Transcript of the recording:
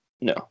No